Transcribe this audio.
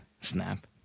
Snap